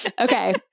Okay